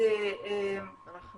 זאת לא